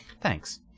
Thanks